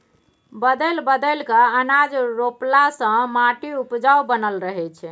बदलि बदलि कय अनाज रोपला से माटि उपजाऊ बनल रहै छै